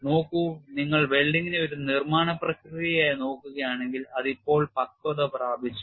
നോക്കൂ നിങ്ങൾ വെൽഡിംഗിനെ ഒരു നിർമ്മാണ പ്രക്രിയയായി നോക്കുകയാണെങ്കിൽ അത് ഇപ്പോൾ പക്വത പ്രാപിച്ചു